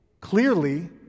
Clearly